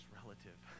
relative